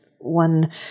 one